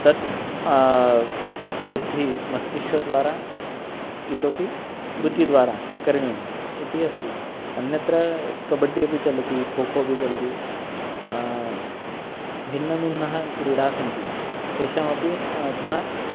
तत् बुद्धिः मस्तिष्कद्वारा इतोऽपि कृतिद्वारा करणीयम् इति अस्ति अन्यत्र कबड्डि अपि चलति खोखो अपि चलति भिन्नभिन्नाः क्रीडाः सन्ति तेषामपि अधुना